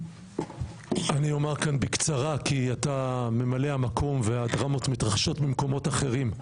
אני אומר כאן בקצרה כי אתה ממלא המקום והדרמות מתרחשות במקומות אחרים.